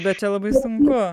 bet čia labai sunku